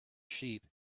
sheep